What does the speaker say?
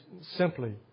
simply